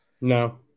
No